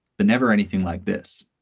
but never anything like this.